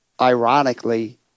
ironically